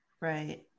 right